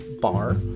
bar